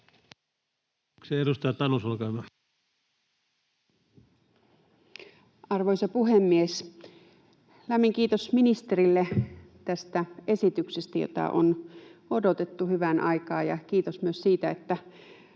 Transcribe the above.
Arvoisa puhemies! Lämmin kiitos ministerille tästä esityksestä, jota on odotettu hyvän aikaa, ja kiitos myös siitä, että